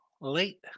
late